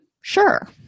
Sure